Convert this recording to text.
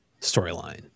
storyline